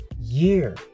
year